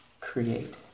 create